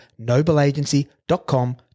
NobleAgency.com